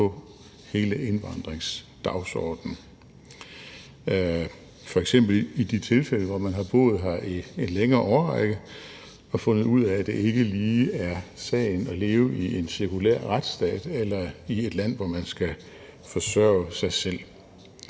på hele indvandringsdagsorden, f.eks. i de tilfælde, hvor man har boet her i en længere årrække og fundet ud af, at det ikke lige er sagen at leve i en sekulær retsstat eller i et land, hvor man skal forsørge sig selv.